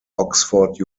oxford